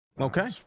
okay